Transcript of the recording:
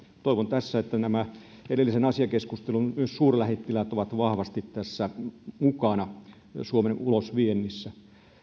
toivon että myös nämä edellisen asiakeskustelun suurlähettiläät ovat vahvasti mukana tässä suomen ulosviennissä